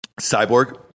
Cyborg